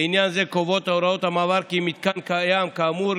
לעניין זה קובעות הוראות המעבר כי מתקן קיים כאמור,